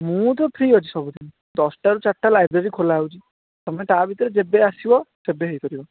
ମୁଁ ତ ଫ୍ରି ଅଛି ସବୁ ଦିନ ଦଶଟାରୁ ଚାରିଟା ଲାଇବ୍ରେରୀ ଖୋଲା ହେଉଛି ତୁମେ ତା ଭିତରେ ଯେବେ ଆସିବ ସେବେ ହେଇ ପାରିବ